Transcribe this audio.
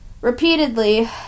Repeatedly